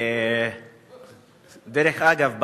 דרך אגב,